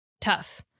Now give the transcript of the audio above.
tough